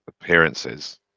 appearances